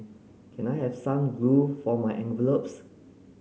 can I have some glue for my envelopes